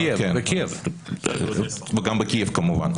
וגם בקייב כמובן.